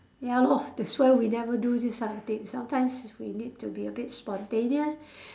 ya lor that's why we never do this sort of things sometimes we need to be a bit spontaneous